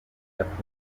yakunze